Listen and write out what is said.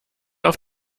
auf